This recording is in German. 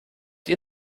die